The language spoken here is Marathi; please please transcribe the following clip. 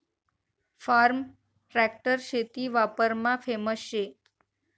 फार्म ट्रॅक्टर शेती वापरमा फेमस शे